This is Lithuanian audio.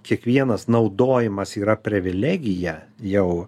kiekvienas naudojimas yra privilegija jau